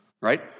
Right